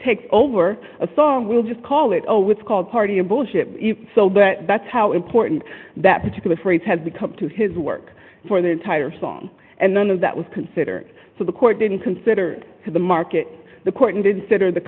takes over a song we'll just call it oh it's called party and bullshit so that's how important that particular phrase has become to his work for the entire song and none of that was considered so the court didn't consider the market the court and instead or the